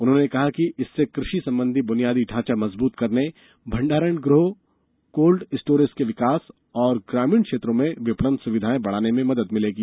उन्होंने कहा कि इससे कृषि संबंधी ब्रनियादी ढांचा मजबूत करने भंडारण गृहों कोल्ड स्टोरेज के विकास और ग्रामीण क्षेत्रों में विपणन सुविधाए बढाने में मदद मिलेगी